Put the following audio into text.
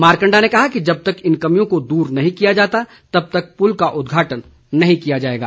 मारकंडा ने कहा कि जब तक इन कमियों को दूर नहीं किया जाता तब तक पुल का उदघाटन नहीं किया जाएगा